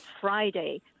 Friday